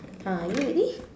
are you ready